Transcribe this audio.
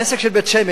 העסק של בית-שמש,